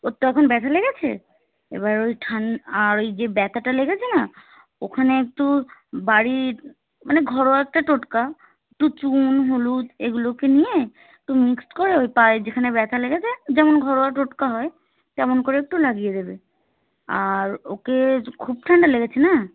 ওর তো এখন ব্যথা লেগেছে এবার ওই ঠান আর ওই যে ব্যথাটা লেগেছে না ওখানে একটু বাড়ির মানে ঘরোয়া একটা টোটকা একটু চুন হলুদ এগুলোকে নিয়ে একটু মিক্সড করে ওই পায়ের যেখানে ব্যথা লেগেছে যেমন ঘরোয়া টোটকা হয় তেমন করে একটু লাগিয়ে দেবে আর ওকে খুব ঠান্ডা লেগেছে না